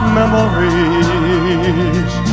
memories